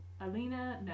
Alina